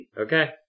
Okay